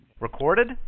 recorded